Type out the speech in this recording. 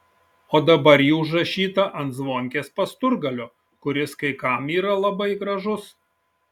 o dabar ji užrašyta ant zvonkės pasturgalio kuris kai kam yra labai gražus